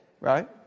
right